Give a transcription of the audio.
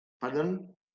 Pardon